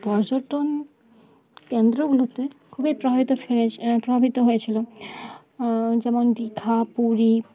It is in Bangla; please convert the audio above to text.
পর্যটন কেন্দ্রগুলোতে খুবই প্রভাবিত ফেলেছে প্রভাবিত হয়েছিল যেমন দীঘা পুরী